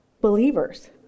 believers